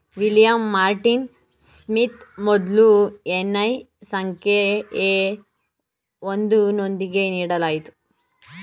William Martin Smith ಮೊದ್ಲ NI ಸಂಖ್ಯೆ A ಒಂದು ನೊಂದಿಗೆ ನೀಡಲಾಗಿತ್ತು